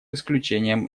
исключением